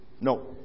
No